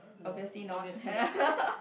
no obviously not